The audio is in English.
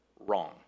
wrong